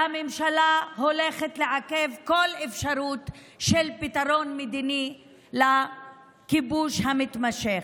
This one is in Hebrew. והממשלה הולכת לעכב כל אפשרות של פתרון מדיני לכיבוש המתמשך.